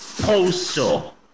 Postal